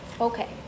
Okay